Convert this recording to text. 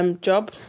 Job